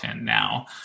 now